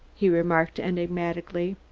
he remarked enigmatically.